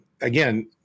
again